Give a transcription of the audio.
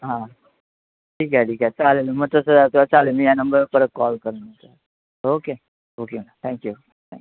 हां ठीक आहे ठीक आहे चालेल मग तसं चालेल मी या नंबरवर परत कॉल करेन ओके ओके थॅंक्यू थॅंक्यू